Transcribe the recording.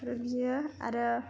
help बियो आरो